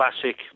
classic